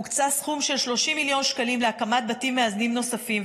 הוקצה סכום של 30 מיליון שקלים להקמת בתים מאזנים נוספים,